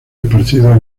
esparcidos